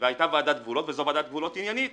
והייתה ועדת גבולות וזו ועדת גבולות עניינית,